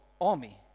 army